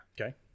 Okay